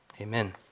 Amen